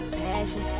passion